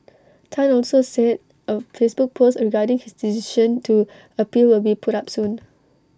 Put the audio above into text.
Tan also said A Facebook post regarding his decision to appeal will be put up soon